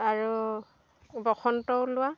আৰু বসন্ত ওলোৱা